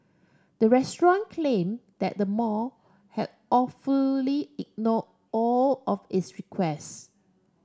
the restaurant claimed that the mall had all fully ignore all of its requests